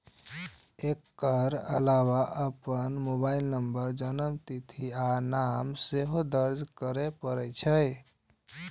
एकर अलावे अपन mobile number, जन्मतिथि आ नाम सेहो दर्ज करय पड़ै छै